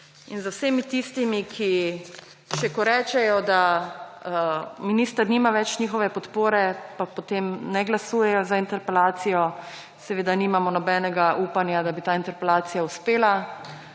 in z vsemi tistimi, ki še ko rečejo, da minister nima več njihove podpore, pa potem ne glasujejo za interpelacijo, seveda nimamo nobenega upanja, da bi ta interpelacija uspela.